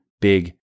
big